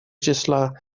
числа